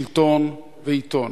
שלטון ועיתון.